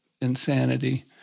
insanity